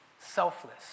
Selfless